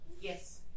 Yes